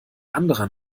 anderer